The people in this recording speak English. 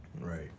Right